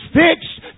fixed